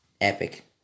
Epic